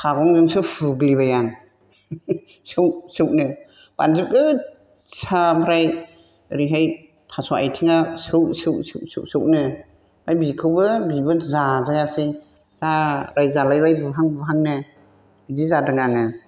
सागंजोंसो फुग्लिबाय आं सब सबनो बानजुथ गोस्सा ओमफ्राय ओरैहाय थास' आथिङा सौ सौ सौनो ओमफ्राय बेखौबो बेबो जाजायासै जा रायजालायबाय बेयावबो बुहां बुहांनो बिदि जादों आङो